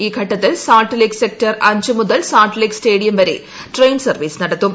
ഈ ഘട്ടത്തിൽ Salt Lake sector അഞ്ച് മുതൽ സാൾട്ട് ലേക്ക് സ്റ്റേഡിയം വരെ ട്രെയിൻ സർവീസ് നടത്തും